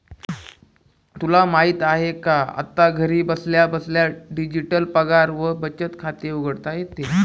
तुला माहित आहे का? आता घरी बसल्या बसल्या डिजिटल पगार व बचत खाते उघडता येते